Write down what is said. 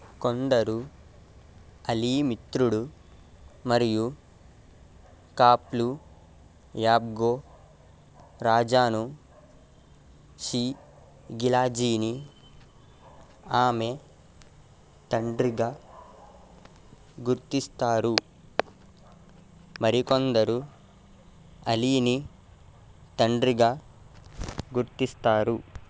కొందరు అలీ మిత్రుడు మరియు కాప్లూ యాబ్గో రాజాను షీ గిలాజీని ఆమె తండ్రిగా గుర్తిస్తారు మరికొందరు అలీని తండ్రిగా గుర్తిస్తారు